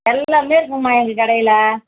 எல்லாமே இருக்கும்மா எங்கள் கடையில்